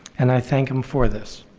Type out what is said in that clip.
and i thank him for this.